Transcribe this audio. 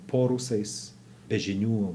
po rusais be žinių